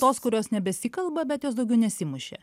tos kurios nebesikalba bet jos daugiau nesimušė